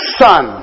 son